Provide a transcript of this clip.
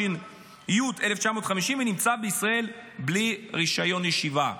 התש"י-1950 ונמצא בישראל בלי רישיון ישיבה.